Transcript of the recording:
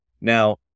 Now